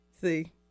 See